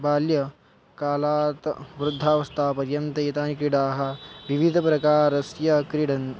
बाल्यकालात् वृद्धावस्थापर्यन्तम् एतानि क्रीडाः विविधप्रकारस्य क्रीडन्